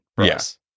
yes